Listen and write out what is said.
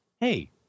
hey